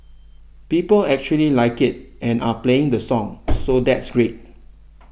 people actually like it and are playing the song so that's great